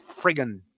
friggin